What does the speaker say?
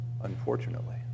unfortunately